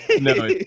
no